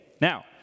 now